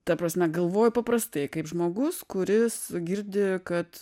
ta prasme galvoju paprastai kaip žmogus kuris girdi kad